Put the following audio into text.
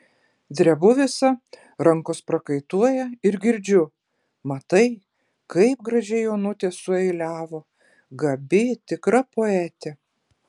drebu visa rankos prakaituoja ir girdžiu matai kaip gražiai onutė sueiliavo gabi tikra poetė